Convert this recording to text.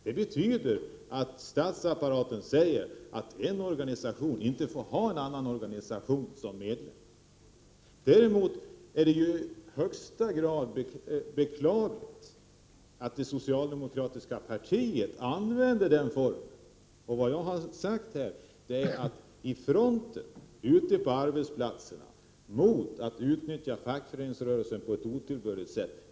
Det betyder att statsapparaten inte medger att en organisation har en annan organisation som medlem. Däremot är det i högsta grad beklagligt att det socialdemokratiska partiet använder sig av den formen. Vad jag har sagt är alltså att man vid fronten, ute på arbetsplatserna, är emot att fackföreningsrörelsen utnyttjas på ett otillbörligt sätt.